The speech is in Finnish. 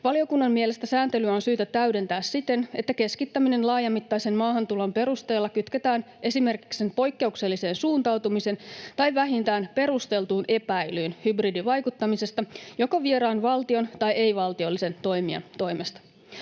Valiokunnan mielestä sääntelyä on syytä täydentää siten, että keskittäminen laajamittaisen maahantulon perusteella kytketään esimerkiksi sen poikkeukselliseen suuntautumiseen tai vähintään perusteltuun epäilyyn hybridivaikuttamisesta joko vieraan valtion tai ei-valtiollisen toimijan toimesta.